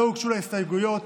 לא הוגשו לה הסתייגויות.